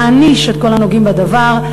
להעניש את כל הנוגעים בדבר,